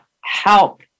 help